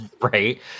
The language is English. Right